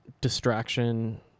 distraction